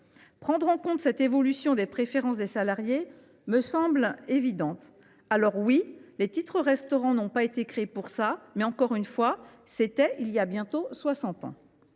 Prendre en compte cette évolution des préférences des salariés me semble évident. Certes, les titres restaurant n’ont pas été créés pour cela, mais, encore une fois, ils l’ont été il y a bientôt soixante